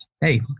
Hey